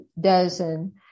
dozen